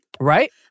Right